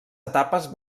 etapes